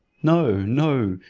no, no,